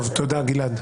תודה גלעד.